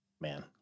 man